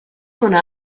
hwnna